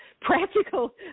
practical